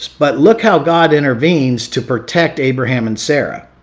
but look how god intervenes to protect abraham and sarah.